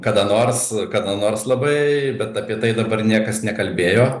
kada nors kada nors labai bet apie tai dabar niekas nekalbėjo